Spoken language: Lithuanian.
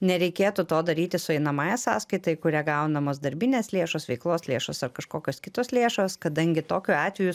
nereikėtų to daryti su einamąja sąskaita į kurią gaunamos darbinės lėšos veiklos lėšos ar kažkokios kitos lėšos kadangi tokiu atveju